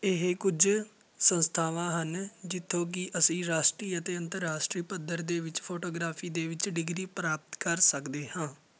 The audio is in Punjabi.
ਇਹ ਕੁਝ ਸੰਸਥਾਵਾਂ ਹਨ ਜਿੱਥੋਂ ਕਿ ਅਸੀਂ ਰਾਸ਼ਟਰੀ ਅਤੇ ਅੰਤਰਰਾਸ਼ਟਰੀ ਪੱਧਰ ਦੇ ਵਿੱਚ ਫੋਟੋਗ੍ਰਾਫੀ ਦੇ ਵਿੱਚ ਡਿਗਰੀ ਪ੍ਰਾਪਤ ਕਰ ਸਕਦੇ ਹਾਂ